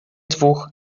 dwóch